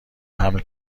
حمل